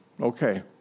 Okay